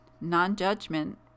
non-judgment